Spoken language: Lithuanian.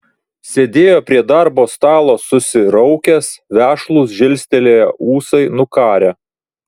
sėdėjo prie darbo stalo susiraukęs vešlūs žilstelėję ūsai nukarę